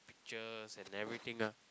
pictures and everything ah